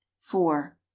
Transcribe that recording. four